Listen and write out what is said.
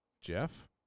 Jeff